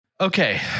Okay